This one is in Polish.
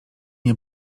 nie